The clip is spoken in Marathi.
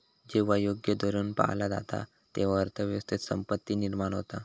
जेव्हा योग्य धोरण पाळला जाता, तेव्हा अर्थ व्यवस्थेत संपत्ती निर्माण होता